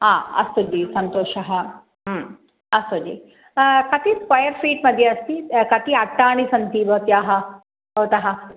हा अस्तु जि सन्तोषः अस्तु जि कति स्केर् फ़ीट् मध्ये अस्ति कति अट्टानि सन्ति भवत्याः भवतः